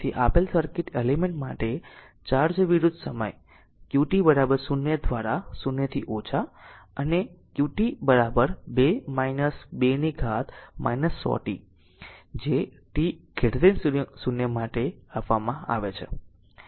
તેથી આપેલ circuit element માટે ચાર્જ વિરુદ્ધ સમય qt 0 દ્વારા 0 થી ઓછા અને qt 2 2 100t for t 0 માટે આપવામાં આવે છે